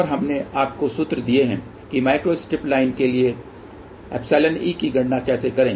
और हमने आपको सूत्र दिए हैं कि माइक्रोस्ट्रिप लाइन के लिए ϵe की गणना कैसे करें